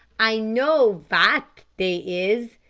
i know fat de is.